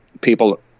people